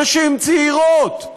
נשים צעירות,